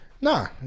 Nah